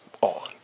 on